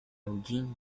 eugene